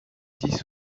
dix